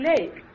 Lake